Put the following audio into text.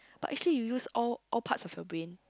but actually you use all all parts of your brain